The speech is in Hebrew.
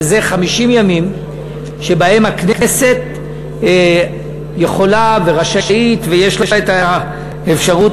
שזה 50 ימים שבהם הכנסת יכולה ורשאית ויש לה האפשרות